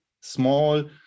small